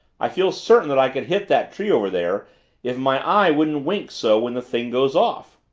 i feel certain that i could hit that tree over there if my eye wouldn't wink so when the thing goes off.